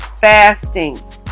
fasting